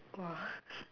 !wah!